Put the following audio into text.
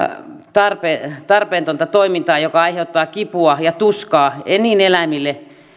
tarpeetonta toimintaa joka aiheuttaa kipua ja tuskaa en eläimille